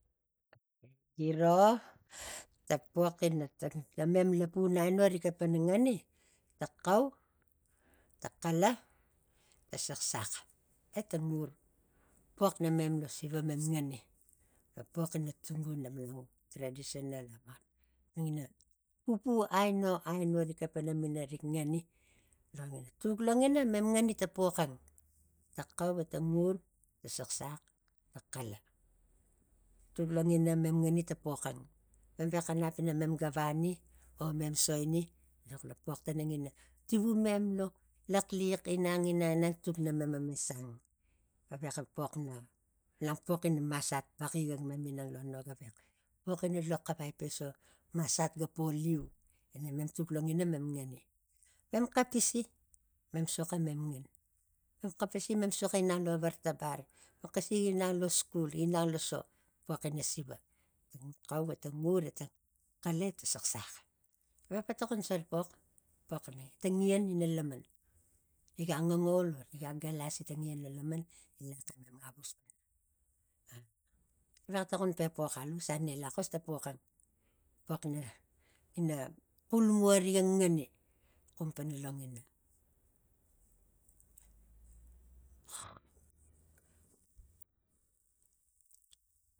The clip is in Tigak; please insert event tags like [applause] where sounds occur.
Okei giro ta pox ina namem lapun aino riga xalapang ngani ta xau ta xala ta saxsax eta ngur pox namem lo siva mem ngani. ta pox ina tumbuna malan traditional [unintelligible] tangina pupu aino aino rik xalapang ina ngani longina. tuk lonina mem ngani ta pox ang ta xau etaun ta saxsax ta xala tuk longina mem ngani ta pox ang mem vexanap ina mem gavani o mem soini [unintelligible] pox tana ngina tivumem lo laxliax inang inang inang tuk namem mema sang. Avexa pox na- na pox ina masat paxing ang nak ma ming lo no gavex pox ina loxavai xas masat ga po liu ena mem tuk longina mem soxo inang lo vartabar mem xapi ginang lo skul ginang lo so pox ina siva ta xau eta ngur eta xala etaa saxsax vexpe tokon so kain pox tang ngian ina laman riga ngangaul vo riga galasi tang lan lo laman gi lax emema avus pana. A vexape tokon pox alusa ne laxos ta pox ang pox na- na- na xulmua riga ngani xum pana longina [noise]